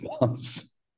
months